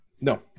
No